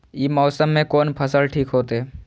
ई मौसम में कोन फसल ठीक होते?